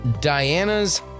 Diana's